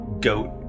goat